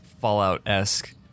fallout-esque